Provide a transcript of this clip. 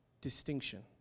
distinction